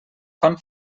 fan